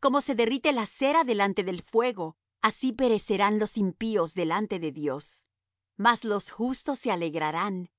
como se derrite la cera delante del fuego así perecerán los impíos delante de dios mas los justos se alegrarán